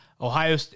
Ohio